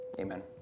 Amen